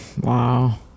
Wow